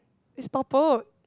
it's toppled